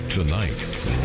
Tonight